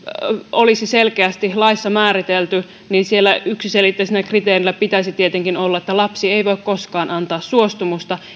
olisi selkeästi laissa määritelty niin siellä yksiselitteisenä kriteerinä pitäisi tietenkin olla että lapsi ei voi koskaan antaa suostumusta